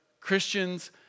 Christians